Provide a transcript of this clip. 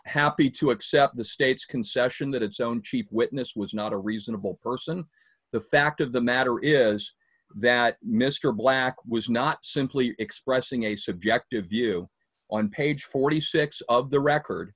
happy to accept the state's concession that its own chief witness was not a reasonable person the fact of the matter is that mr black was not simply expressing a subjective view on page forty six of the record